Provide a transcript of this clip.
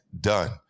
done